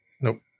Nope